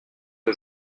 que